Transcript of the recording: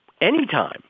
anytime